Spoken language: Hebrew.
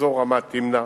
באזור רמת-תמנע.